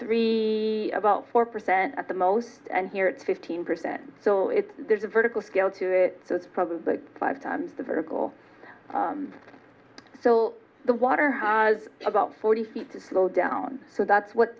three about four percent at the most and here it's fifteen percent so it's there's a vertical scale to it so it's probably five times the vertical so the water has about forty feet to slow down so that's what